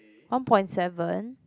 one point seven